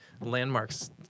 landmarks